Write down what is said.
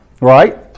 right